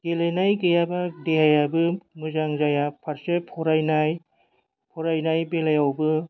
गेलेनाय गैयाब्ला देहायाबो मोजां जाया फारसे फरायनाय फरायनाय बेलायावबो